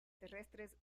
terrestres